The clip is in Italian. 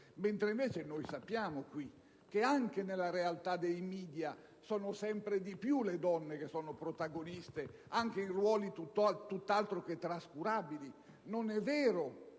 mentre sappiamo che anche nella realtà dei *media* sono sempre di più le donne protagoniste, anche in ruoli tutt'altro che trascurabili. Non è vero